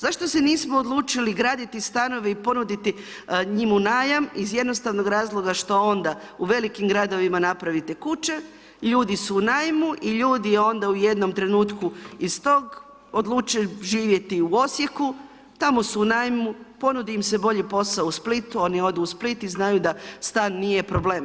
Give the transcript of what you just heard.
Zašto se nismo odlučili graditi stanove i ponuditi im u najam, iz jednostavnog razloga što onda u velikim gradovima napravite kuće, ljudi su u najmu i ljudi onda u jednom trenutku iz tog odluče živjeti u Osijeku, tamo su u najmu, ponudi im se bolji posao u Splitu, oni odu u Split i znaju da stan nije problem.